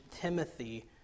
Timothy